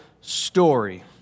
story